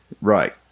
Right